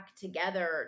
together